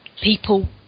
people